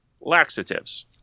laxatives